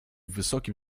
wysokim